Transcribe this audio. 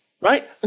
right